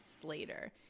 Slater